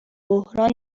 بحران